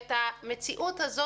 את המציאות הזאת,